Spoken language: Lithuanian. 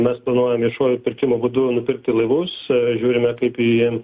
mes planuojam viešuoju pirkimo būdu nupirkti laivus žiūrime kaip į